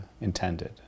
intended